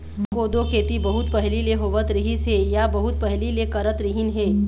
कोदो खेती बहुत पहिली ले होवत रिहिस हे या बहुत पहिली ले करत रिहिन हे